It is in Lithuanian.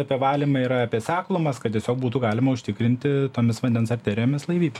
apie valymą yra apie seklumas kad tiesiog būtų galima užtikrinti tomis vandens arterijomis laivybą